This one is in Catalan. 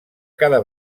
cada